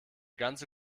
ganze